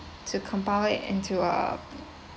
to compile it and to uh